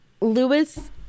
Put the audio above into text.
Lewis